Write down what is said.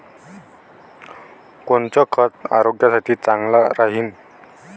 कोनचं खत आरोग्यासाठी चांगलं राहीन?